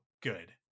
good